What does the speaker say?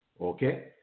okay